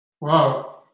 Wow